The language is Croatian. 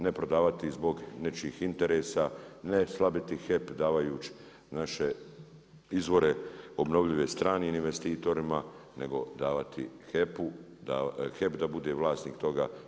Ne prodavati zbog nečijih interesa, ne slabiti HEP davajući naše izvore, obnovljive stranim investitorima, nego davati HEP da bude valsnik toga.